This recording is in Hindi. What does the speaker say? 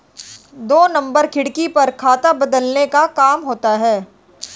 दो नंबर खिड़की पर खाता बदलने का काम होता है